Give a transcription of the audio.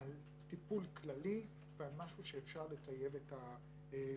על טיפול כללי ועל משהו שאפשר לטייב את השירות